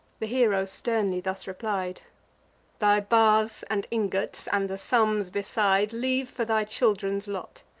the hero sternly thus replied thy bars and ingots, and the sums beside, leave for thy children's lot.